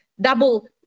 double